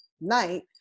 night